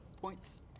Points